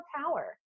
power